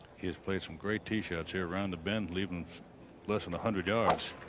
he is played some great tee shots chair around the bend, leaving less than a hundred yards.